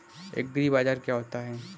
एग्रीबाजार क्या होता है?